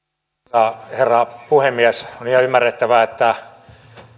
arvoisa herra puhemies on ihan ymmärrettävää että